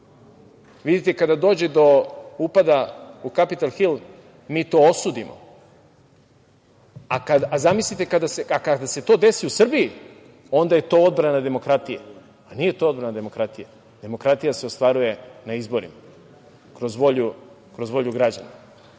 Srbije. Vidite, kada dođe do upada u Kapital hil mi to osudimo, a kada se to desi u Srbiji onda je to odbrana demokratije. Nije to odbrana demokratije, demokratija se ostvaruje na izborima kroz volju građana. Dakle,